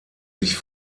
sich